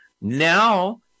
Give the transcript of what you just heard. Now